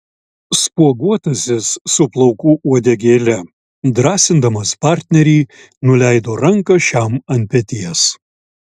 spuoguotasis su plaukų uodegėle drąsindamas partnerį nuleido ranką šiam ant peties